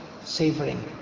savoring